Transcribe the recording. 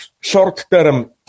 short-term